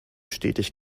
stetig